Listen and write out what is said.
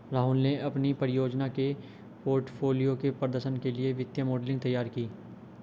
राहुल ने अपनी परियोजना के पोर्टफोलियो के प्रदर्शन के लिए वित्तीय मॉडलिंग तैयार की